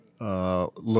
look